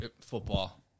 football